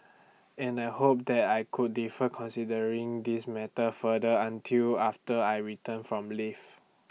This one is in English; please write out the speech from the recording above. and I hoped that I could defer considering this matter further until after I return from leave